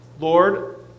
Lord